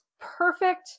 perfect